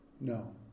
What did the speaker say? No